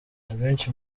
abenshi